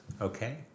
Okay